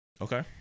Okay